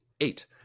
eight